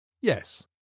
Yes